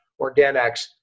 organics